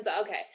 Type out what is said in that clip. okay